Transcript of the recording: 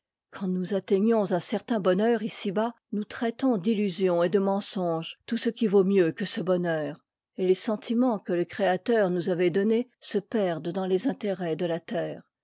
quand nous atteignons un certain bonheur ici-bas nous traitons d'illusion et de mensonge tout ce qui vaut mieux que ce bonheur et les sentiments que le créateur nous avait donnés se perdent dans les intérêts de la terre